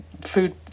food